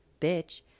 bitch